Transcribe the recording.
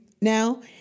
now